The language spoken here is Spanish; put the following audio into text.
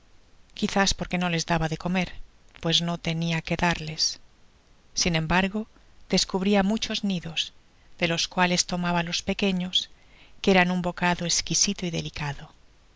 quizás porque no les daba de comer pues no tenia que darles sin embargo descubria muchos nidos de los cuales tomaba los pequeños que eran un bocado esquisito y delicado